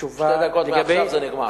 תשובה לגבי,